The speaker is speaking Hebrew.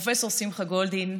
פרופ' שמחה גולדין,